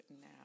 now